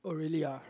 oh really ah